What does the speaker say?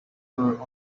your